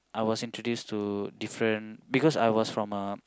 I was introduced to different because I was from a